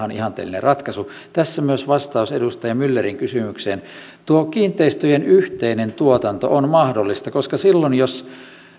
on ihanteellinen ratkaisu tässä myös vastaus edustaja myllerin kysymykseen tuo kiinteistöjen yhteinen tuotanto on mahdollista koska silloin jos